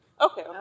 okay